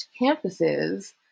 campuses